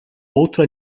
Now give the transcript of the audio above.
outro